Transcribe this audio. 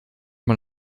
man